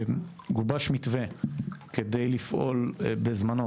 גובש מתווה כדי לפעול בזמנו,